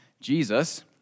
Jesus